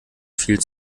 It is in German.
viel